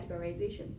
categorizations